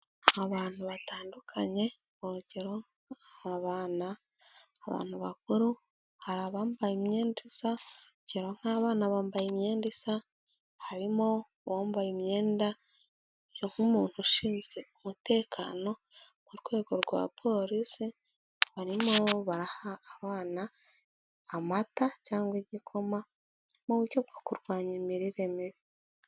Abantu batandukanye urugero hari abana, abantu bakuru, hari abambaye imyenda isa, urugero nk'abana bambaye imyenda isa, harimo uwambaye imyenda asa nk'umuntu ushinzwe umutekano ku rwego rwa polisi, barimo baraha abana amata cyangwa igikoma mu buryo bwo kurwanya imirire mibi.